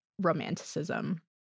romanticism